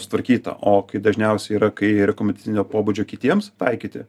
sutvarkyta o kai dažniausia yra kai rekomendacinio pobūdžio kitiems taikyti